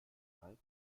fall